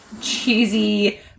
cheesy